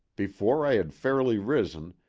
before i had fairly risen,